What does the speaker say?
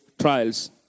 trials